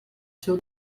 seu